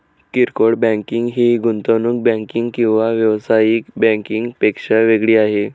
किरकोळ बँकिंग ही गुंतवणूक बँकिंग किंवा व्यावसायिक बँकिंग पेक्षा वेगळी आहे